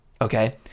okay